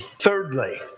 Thirdly